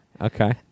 Okay